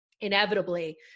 inevitably